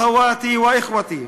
אח'וואתי ואח'וואתי,